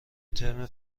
ترم